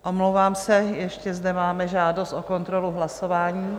Omlouvám se, ještě zde máme žádost o kontrolu hlasování.